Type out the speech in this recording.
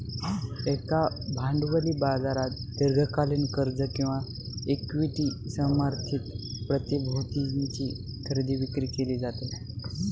एका भांडवली बाजारात दीर्घकालीन कर्ज किंवा इक्विटी समर्थित प्रतिभूतींची खरेदी विक्री केली जाते